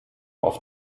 auf